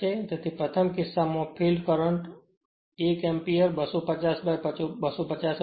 તેથી પ્રથમ કિસ્સામાં ફિલ્ડ કરંટ 1 એમ્પીયર 250 by 250 હતું